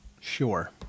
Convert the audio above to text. Sure